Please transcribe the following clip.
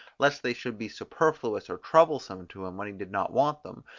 lest they should be superfluous or troublesome to him when he did not want them,